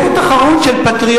יש פה תחרות של פטריוטיות,